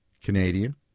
Canadian